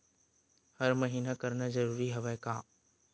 हर महीना करना जरूरी हवय का?